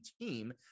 team